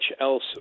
else